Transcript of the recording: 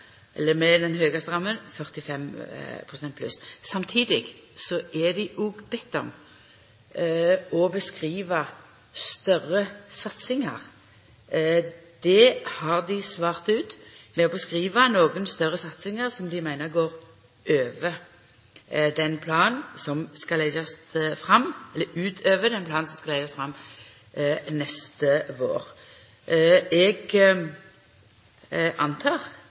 den høgaste ramma – 45 pst. pluss. Samtidig er dei òg bedne om å beskriva større satsingar. Der har dei svart med å beskriva nokre større satsingar som dei meiner går utover den planen som skal leggjast fram neste vår. Eg antek at det blir eit spørsmål om kvar vi er etter dei komande ti åra – så eg